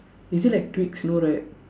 is it like twigs no right